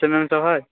kitchen ई सब हय